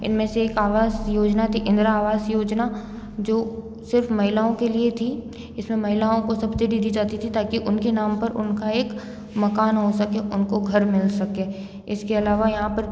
इनमें से एक आवास योजना थी इंदिरा आवास योजना जो सिर्फ़ महिलाओं के लिए थी इसमें महिलाओं को सब्सिडी दी जाती थी ताकि उनके नाम पर उनका एक मकान हो सके उनको घर मिल सके इसके अलावा यहाँ पर